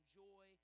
joy